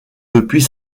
depuis